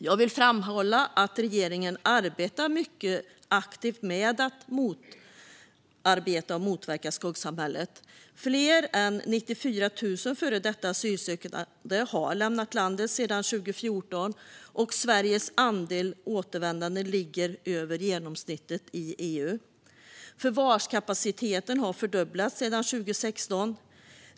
Jag vill framhålla att regeringen arbetar mycket aktivt med att motarbeta och motverka skuggsamhället. Fler än 94 000 före detta asylsökande har lämnat landet sedan 2014, och Sveriges andel återvändanden ligger över genomsnittet i EU. Förvarskapaciteten har fördubblats sedan 2016.